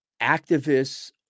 activists